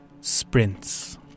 Sprints